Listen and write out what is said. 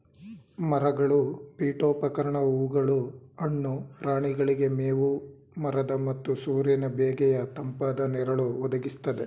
ಮರಗಳು ಪೀಠೋಪಕರಣ ಹೂಗಳು ಹಣ್ಣು ಪ್ರಾಣಿಗಳಿಗೆ ಮೇವು ಮರದ ಮತ್ತು ಸೂರ್ಯನ ಬೇಗೆಯ ತಂಪಾದ ನೆರಳು ಒದಗಿಸ್ತದೆ